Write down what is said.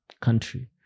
country